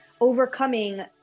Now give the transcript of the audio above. overcoming